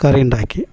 കറി ഉണ്ടാക്കി